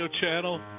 channel